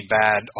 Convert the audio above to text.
bad